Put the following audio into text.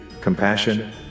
compassion